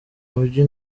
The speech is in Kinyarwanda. mujyi